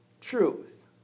truth